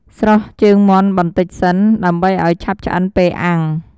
ស្រុះជើងមាន់បន្តិចសិន ដើម្បីឱ្យឆាប់ឆ្អិនពេលអាំង។